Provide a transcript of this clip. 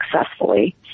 successfully